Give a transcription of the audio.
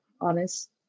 honest